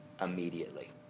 immediately